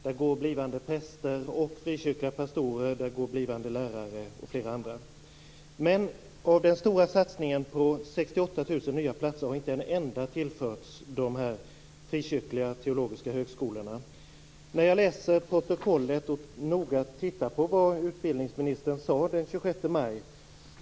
Där går blivande präster och frikyrkliga pastorer. Där går blivande lärare och flera andra. Men av den stora satsningen på 68 000 nya platser har inte en enda tillförts dessa frikyrkliga teologiska högskolor. Jag har läst protokollet och noga tittat på vad utbildningsministern sade den 26 maj.